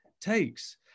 takes